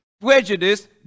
prejudice